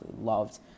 loved